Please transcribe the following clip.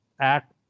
act